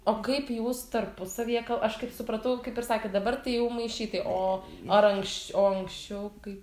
o kaip jūs tarpusavyje kal aš kaip supratau kaip ir sakėt dabar tai jau maišytai o ar anks o anksčiau kaip